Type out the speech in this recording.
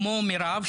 כמו מירב,